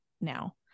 now